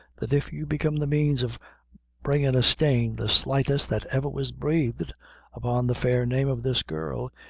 that if you become the means of bringin' a stain the slightest that ever was breathed upon the fair name of this girl,